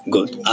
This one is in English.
Good